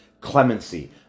clemency